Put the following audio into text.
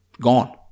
Gone